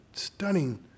Stunning